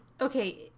Okay